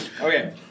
okay